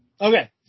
Okay